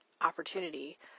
Opportunity